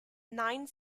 nine